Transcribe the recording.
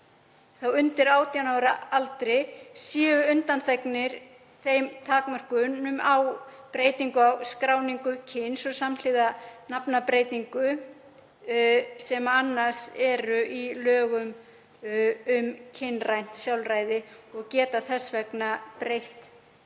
eru undir 18 ára aldri séu undanþegin þeim takmörkunum á breytingu á skráningu kyns og samhliða nafnabreytingu sem annars eru í lögum um kynrænt sjálfræði og geta þess vegna breytt